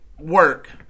work